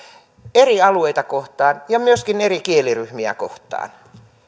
eri alueita kohtaan ja myöskin eri kieliryhmiä kohtaan